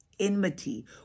enmity